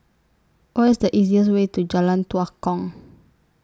What IS The easiest Way to Jalan Tua Kong